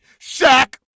Shaq